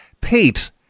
Pete